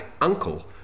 uncle